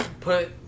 put